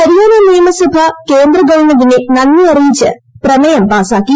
ഹരിയാന നിയമസഭ കേന്ദ്രഗവൺമെന്റിന് നന്ദി അറിയിച്ച് പ്രമേയം പാസാക്കി